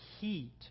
heat